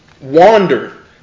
wander